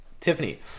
Tiffany